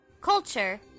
culture